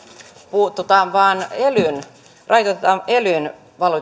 puututaan vain elyyn rajoitetaan elyn